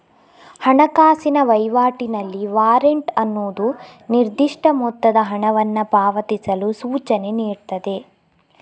ಹಣಕಾಸಿನ ವೈವಾಟಿನಲ್ಲಿ ವಾರೆಂಟ್ ಅನ್ನುದು ನಿರ್ದಿಷ್ಟ ಮೊತ್ತದ ಹಣವನ್ನ ಪಾವತಿಸಲು ಸೂಚನೆ ನೀಡ್ತದೆ